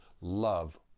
love